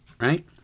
right